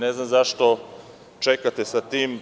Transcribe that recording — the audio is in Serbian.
Ne znam zašto čekate sa tim.